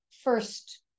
first-